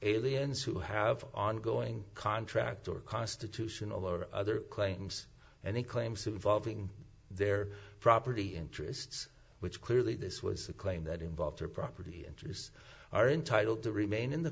aliens who have ongoing contract or constitution or other claims and he claims involving their property interests which clearly this was a claim that involved her property interests are entitled to remain in the